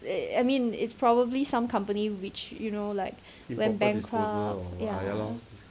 err I mean it's probably some company which you know like went bankrupt ya